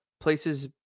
places